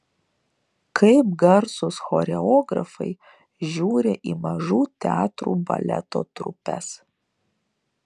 kaip garsūs choreografai žiūri į mažų teatrų baleto trupes